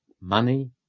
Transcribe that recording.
money